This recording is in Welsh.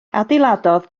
adeiladodd